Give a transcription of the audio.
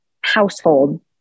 household